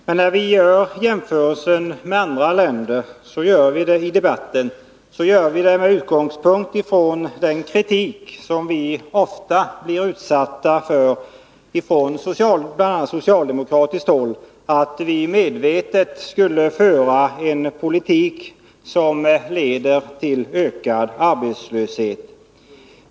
Men när vi i debatten gör jämförelsen med andra länder, gör vi det med utgångspunkt från den kritik som vi ofta blir utsatta för bl.a. från socialdemokratiskt håll och som går ut på att vi medvetet skulle föra en politik som leder till ökad arbetslöshet.